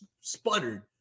sputtered